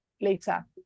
later